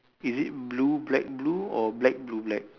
is it blue black blue or black blue black